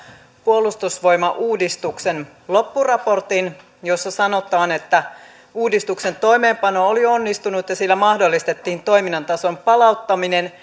puolustusvoimauudistuksen loppuraportin jossa sanotaan että uudistuksen toimeenpano oli onnistunut ja sillä mahdollistettiin toiminnan tason palauttaminen